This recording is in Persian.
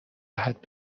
جهت